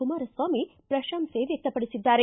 ಕುಮಾರಸ್ವಾಮಿ ಪ್ರಶಂಸೆ ವ್ಯಕ್ತಪಡಿಸಿದ್ದಾರೆ